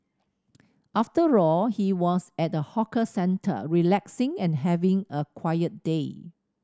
after all he was at a hawker centre relaxing and having a quiet day